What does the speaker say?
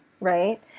right